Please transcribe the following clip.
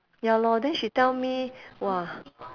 ya lor then she tell me !wah!